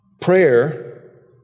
prayer